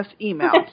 email